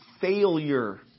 failure